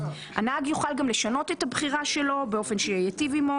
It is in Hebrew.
הנהג יוכל גם לשנות את הבחירה שלו באופן שייטיב עמו.